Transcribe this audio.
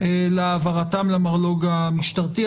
להעברתן למרלו"ג המשטרתי.